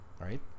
Right